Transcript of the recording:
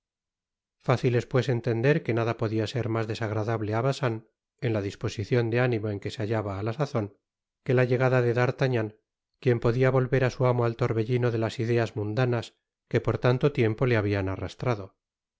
es pues entender que nada podia ser mas desagradable á bacin en la disposicion de ánimo en que se hallaba á la sazon que la llegada de d'arlagnan quien podia volver a su amo at torbellino de las ideas mundanas que por tanto tiempo le habian arrastrado